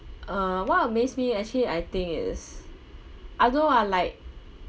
uh what amaze me actually I think is I don't know ah like